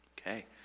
Okay